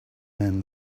man